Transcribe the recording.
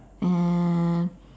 uh